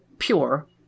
pure